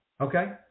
Okay